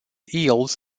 yields